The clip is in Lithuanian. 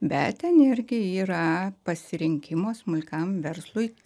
bet ten irgi yra pasirinkimo smulkiam verslui